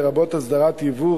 לרבות הסדרת ייבוא,